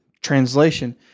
translation